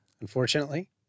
unfortunately